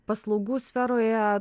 paslaugų sferoje